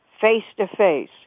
face-to-face